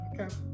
Okay